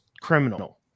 criminal